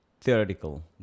theoretical